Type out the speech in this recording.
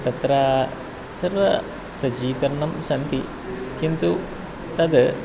तत्र सर्वं सज्जीकरणं सन्ति किन्तु तत्